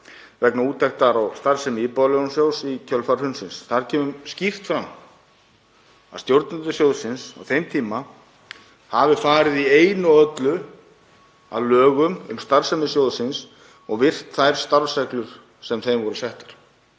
vegna úttektar á starfsemi Íbúðalánasjóðs í kjölfar hrunsins. Þar kemur skýrt fram að stjórnendur sjóðsins á þeim tíma hafi farið í einu og öllu að lögum um starfsemi sjóðsins og virt þær starfsreglur sem þeim voru settar.